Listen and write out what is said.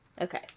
Okay